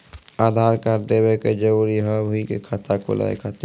आधार कार्ड देवे के जरूरी हाव हई खाता खुलाए खातिर?